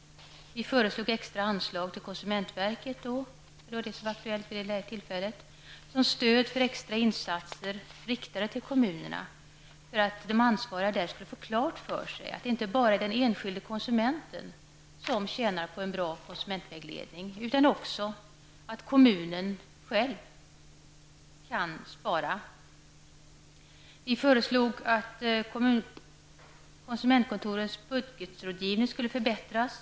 Vi föreslog extra anslag till konsumentverket -- det var vad som var aktuellt vid det tillfället -- som stöd för extra insatser riktade till kommunerna för att de ansvariga där skulle få klart för sig att det inte bara är den enskilde konsumenten som tjänar på en bra konsumentvägledning. Också kommunen kan på det sättet göra besparingar. Vi sade att konsumentkontorets budgetrådgivning måste förbättras.